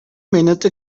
minute